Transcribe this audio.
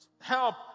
help